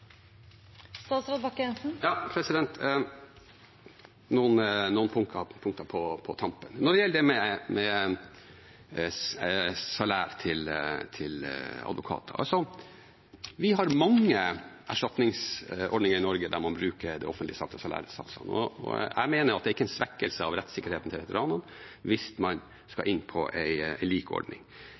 noen punkter på tampen. Når det gjelder det med salær til advokater: Vi har mange erstatningsordninger i Norge der man bruker offentlige salærsatser, og jeg mener jo at det ikke er en svekkelse av rettssikkerheten til veteranene hvis man skal inn på